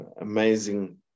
amazing